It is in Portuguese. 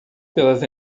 pelas